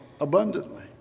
abundantly